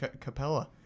Capella